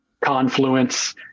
Confluence